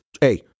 hey